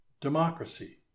democracy